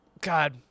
God